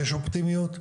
יש אופטימיות,